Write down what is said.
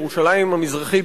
ירושלים המזרחית,